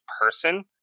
person